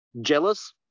jealous